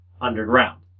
underground